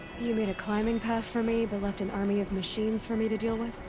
you made a climbing path for me, but left an army of machines for me to deal with?